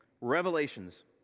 Revelations